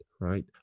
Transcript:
right